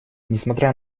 несмотря